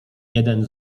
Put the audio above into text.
jeden